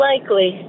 likely